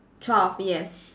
twelve yes